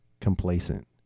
complacent